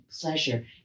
pleasure